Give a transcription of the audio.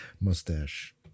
Mustache